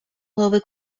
голови